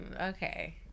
okay